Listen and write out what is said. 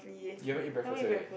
you haven't eat breakfast right